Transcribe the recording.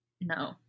No